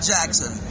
Jackson